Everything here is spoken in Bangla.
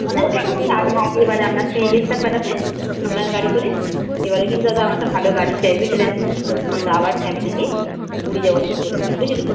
আগেবার আমরা সে গেছিলাম বেড়াতে আপনার গাড়ি করে এবারে কিন্তু দাদা আমার একটা ভালো গাড়ি চাই বুঝলেন আমরা আবার ফ্যামিলি নিয়ে পুরী যাবো ঠিক করেছি বুঝলেন